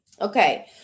Okay